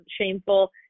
shameful